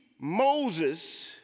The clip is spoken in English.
Moses